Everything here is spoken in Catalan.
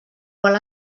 qual